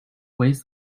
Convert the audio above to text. weighs